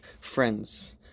friends